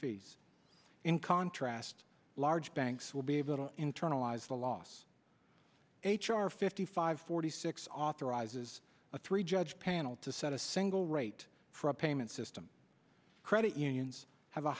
fees in contrast large banks will be able to internalize the loss h r fifty five forty six authorizes a three judge panel to set a single rate for a payment system credit unions have a